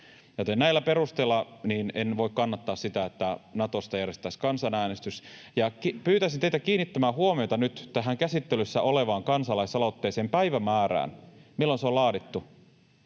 näillä perusteilla en voi kannattaa sitä, että Natosta järjestettäisiin kansanäänestys. Ja pyytäisin teitä kiinnittämään huomiota nyt tähän käsittelyssä olevaan kansalaisaloitteeseen, päivämäärään, milloin se on laadittu.